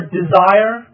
desire